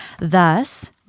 Thus